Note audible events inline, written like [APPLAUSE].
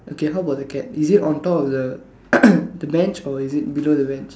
okay how about the cat is it on top of the [COUGHS] the bench or is it below the bench